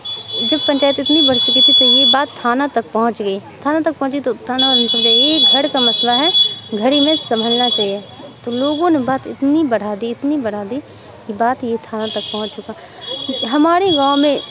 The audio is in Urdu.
جب پنچایت اتنی بڑھ چکی تھی تو یہ بات تھانہ تک پہنچ گئی تھانہ تک پہنچی تو تھانہ والا نے سمجھا یہ گھر کا مسئلہ ہے گھر ہی میں سنبھلنا چاہیے تو لوگوں نے بات اتنی بڑھا دی اتنی بڑھا دی کہ بات یہ تھانہ تک پہنچ چکا ہمارے گاؤں میں